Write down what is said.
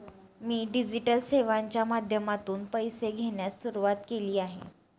मी digital सेवांच्या माध्यमातून पैसे घेण्यास सुरुवात केली आहे